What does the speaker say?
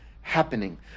happening